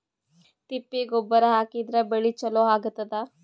ತಿಪ್ಪಿ ಗೊಬ್ಬರ ಹಾಕಿದ್ರ ಬೆಳಿ ಚಲೋ ಆಗತದ?